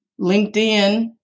LinkedIn